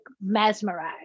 mesmerized